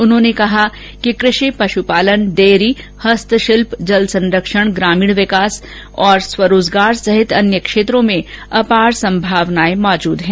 उन्होंने कहा कि कृषि पशुपालन डेयरी हस्तेशिल्प जल संरक्षण ग्रामीण विकास और स्वरोजगार सहित अन्य क्षेत्रों में अपार संभावनाएं मौजूद हैं